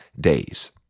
days